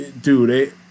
dude